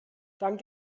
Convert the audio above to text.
dank